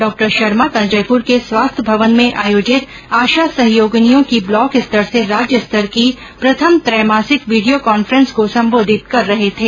डॉ शर्मा कल जयपूर के स्वास्थ्य भवन में आयोजित आशा सहयोगिनियों की ब्लॉक स्तर से राज्य स्तर की प्रथम त्रैमासिक वीडियो कॉन्फ्रेंस को संबोधित कर रहे थे